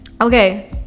okay